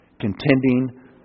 contending